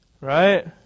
Right